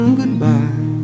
goodbye